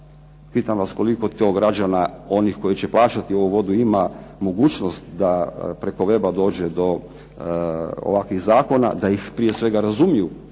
Pitam vas koliko to građana onih koji će plaćati ovu vodu ima mogućnost da preko weba dođe do ovakvih zakona, da ih prije svega razumiju